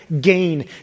gain